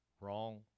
wrong